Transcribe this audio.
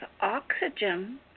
oxygen